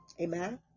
amen